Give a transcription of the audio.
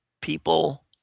people